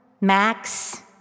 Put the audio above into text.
Max